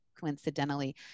coincidentally